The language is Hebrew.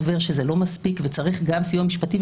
סובר שזה לא מספיק וצריך גם סיוע משפטי,